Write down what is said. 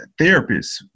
therapists